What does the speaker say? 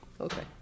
okay